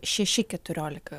šeši keturiolika